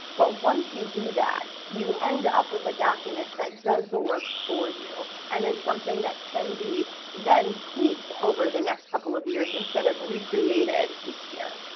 but once you do that, you end up with a document that does the work for you. and it's something that can be then tweaked over the next couple of years, instead of recreated each year.